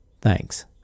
Thanks